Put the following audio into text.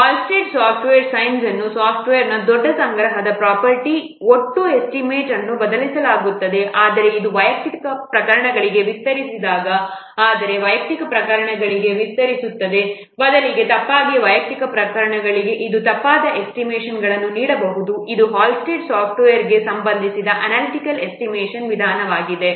Halstead software science ಸಾಫ್ಟ್ವೇರ್ನ ದೊಡ್ಡ ಸಂಗ್ರಹದ ಪ್ರೊಪರ್ಟಿ ಒಟ್ಟು ಎಸ್ಟಿಮೇಟ್ ಅನ್ನು ಒದಗಿಸುತ್ತದೆ ಆದರೆ ಇದು ವೈಯಕ್ತಿಕ ಪ್ರಕರಣಗಳಿಗೆ ವಿಸ್ತರಿಸಿದಾಗ ಆದರೆ ವೈಯಕ್ತಿಕ ಪ್ರಕರಣಗಳಿಗೆ ವಿಸ್ತರಿಸುತ್ತದೆ ಬದಲಿಗೆ ತಪ್ಪಾಗಿ ವೈಯಕ್ತಿಕ ಪ್ರಕರಣಗಳಿಗೆ ಇದು ತಪ್ಪಾದ ಎಸ್ಟಿಮೇಟ್ಗಳನ್ನು ನೀಡಬಹುದು ಇದು ಈ ಹಾಲ್ಸ್ಟೆಡ್ ಸಾಫ್ಟ್ವೇರ್ಗೆ ಸಂಬಂಧಿಸಿದೆ ಅನಲಿಟಿಕಲ್ ಎಷ್ಟಿಮೇಶನ್ ವಿಧಾನವಾಗಿದೆ